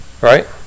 right